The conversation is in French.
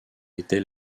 était